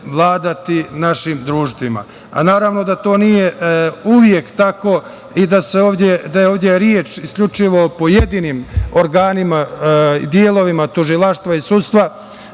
vladati našim društvima. Naravno da to nije uvek tako i da je ovde reč isključivo o pojedinim organima i delovima tužilaštva i sudstva,